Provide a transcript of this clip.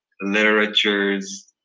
literatures